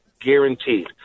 guaranteed